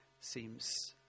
seems